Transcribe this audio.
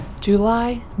July